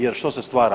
Jer što se stvara?